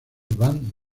van